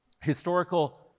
Historical